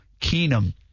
Keenum